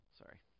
sorry